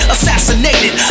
Assassinated